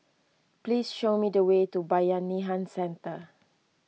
please show me the way to Bayanihan Centre